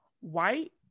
white